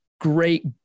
great